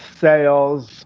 sales